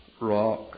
rock